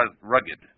rugged